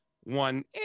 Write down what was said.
one